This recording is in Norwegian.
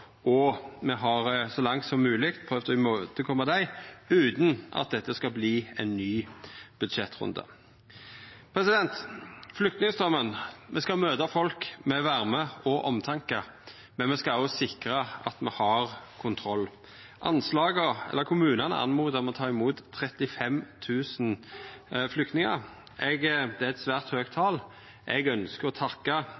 og me har så langt som mogleg prøvd å koma dei i møte utan at det skal verta ein ny budsjettrunde. Når det gjeld flyktningstraumen, skal me møta folk med varme og omtanke, men me skal også sikra at me har kontroll. Kommunane bad om å få ta imot 35 000 flyktningar. Det er eit svært